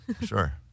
Sure